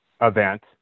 event